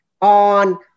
on